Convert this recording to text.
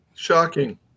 Shocking